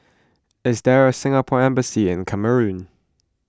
is there a Singapore Embassy in Cameroon